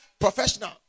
professional